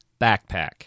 backpack